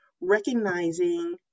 recognizing